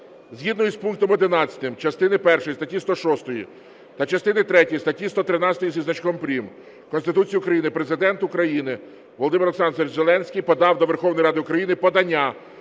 Згідно із пунктом 11 частини першої статті 106 та частини третьої статті 113 зі значком прим. Конституції України Президент України Володимир Олександрович Зеленський подав до Верховної Ради України подання